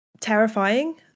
terrifying